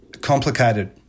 Complicated